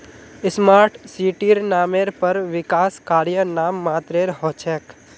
smart सिटीर नामेर पर विकास कार्य नाम मात्रेर हो छेक